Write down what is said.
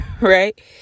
right